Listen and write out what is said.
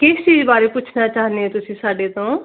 ਕਿਸ ਚੀਜ਼ ਬਾਰੇ ਪੁੱਛਣਾ ਚਾਹੁੰਦੇ ਹੋ ਤੁਸੀਂ ਸਾਡੇ ਤੋਂ